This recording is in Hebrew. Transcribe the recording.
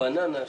מי נמנע?